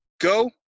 go